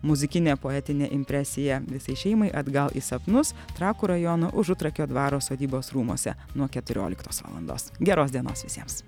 muzikinė poetinė impresija visai šeimai atgal į sapnus trakų rajono užutrakio dvaro sodybos rūmuose nuo keturioliktos valandos geros dienos visiems